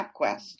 MapQuest